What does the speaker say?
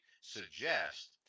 suggest